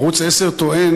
ערוץ 10 טוען,